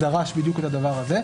דרש בדיוק את הדבר הזה.